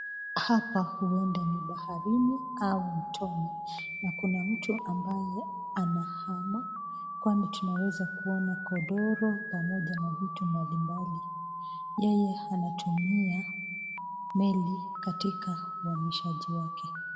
Hapa huenda ni baharini ama mtoni na kuna mtu ambaye anaama kwani tunaweza kuona godoro pamoja na vitu mbalimbali . Yeye anatumia meli katika huhamishaji wake.